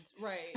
right